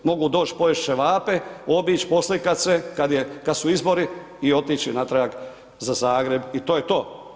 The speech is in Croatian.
Mogu doć pojest ćevape, obić, poslikat se kad su izbori i otići natrag za Zagreb i to je to.